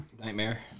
Nightmare